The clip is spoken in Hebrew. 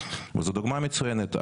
וזו דוגמה מצוינת.